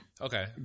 Okay